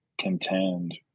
contend